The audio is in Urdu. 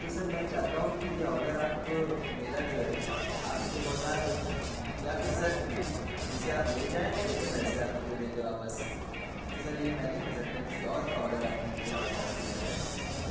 تو سر میں چاہتا ہوں کہ یہ آڈر آپ میرا جو ہے آپ مجھے پہنچا دیں یا پھر سر اِسے آپ لے جائیں میرے پیسے آپ مجھے دے دیں واپس کیوں کہ سر یہ میں نہیں کھا سکتا کسی اور کا آڈر آپ نے مجھے پہنچا دیا ہے